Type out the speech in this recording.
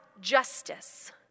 justice